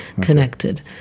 connected